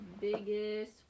biggest